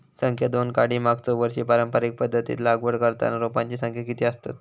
संख्या दोन काडी मागचो वर्षी पारंपरिक पध्दतीत लागवड करताना रोपांची संख्या किती आसतत?